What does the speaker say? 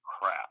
crap